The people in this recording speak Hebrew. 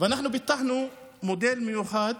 ואנחנו פיתחנו מודל מיוחד: